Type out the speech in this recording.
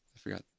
forget